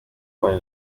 kubona